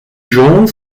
jaunes